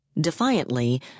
Defiantly